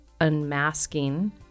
unmasking